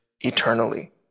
eternally